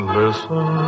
listen